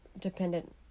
dependent